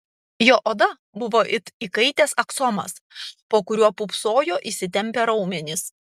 jo oda buvo it įkaitęs aksomas po kuriuo pūpsojo įsitempę raumenys